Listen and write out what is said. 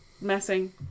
Messing